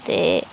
ते